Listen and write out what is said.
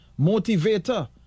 motivator